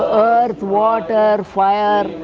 earth water, fire,